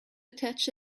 attach